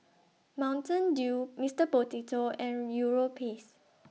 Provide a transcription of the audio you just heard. Mountain Dew Mister Potato and Europace